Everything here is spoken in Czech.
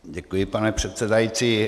Děkuji, pane předsedající.